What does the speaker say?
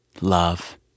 Love